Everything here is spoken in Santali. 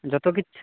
ᱡᱚᱛᱚ ᱠᱤᱪᱷᱩ